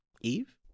Eve